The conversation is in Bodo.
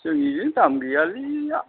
जोंनिजों दाम गैयालै दा